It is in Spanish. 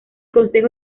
consejo